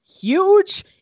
huge